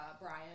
Brian